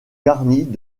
garnies